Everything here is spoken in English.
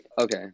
Okay